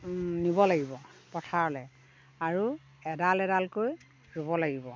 নিব লাগিব পথাৰলৈ আৰু এডাল এডালকৈ ৰুব লাগিব